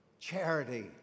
Charity